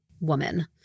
woman